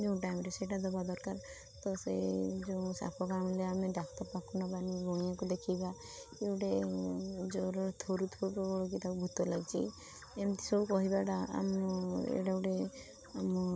ଯେଉଁ ଟାଇମରେ ସେଇଟା ଦବା ଦରକାର ତ ସେଇ ଯେଉଁ ସାପ କାମୁଡ଼ିଲେ ଆମେ ଡାକ୍ତର ପାଖକୁ ନବାନି ଗୁଣିଆକୁ ଦେଖେଇବା କି ଗୋଟେ ଜ୍ୱରରେ ଥରୁଥିବ କି ତାକୁ ଭୂତ ଲାଗିଛି ଏମତି ସବୁ କହିବାଟା ଆମ ଏଇଟା ଗୋଟେ ଆମ